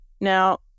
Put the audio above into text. Now